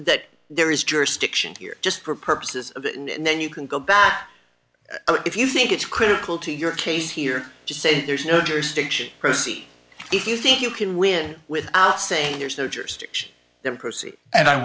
that there is jurisdiction here just for purposes then you can go back if you think it's critical to your case here just say there's no jurisdiction proceed if you think you can win with out saying there's no jurisdiction there percy and i